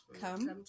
come